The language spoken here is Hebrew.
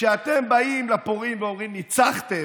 כשאתם באים לפורעים ואומרים: ניצחתם,